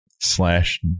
slash